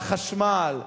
בחשמל,